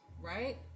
right